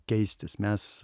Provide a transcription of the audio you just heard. keistis mes